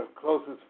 closest